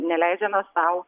neleidžiame sau